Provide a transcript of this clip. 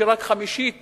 שרק חמישית